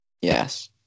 Yes